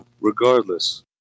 Regardless